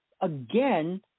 again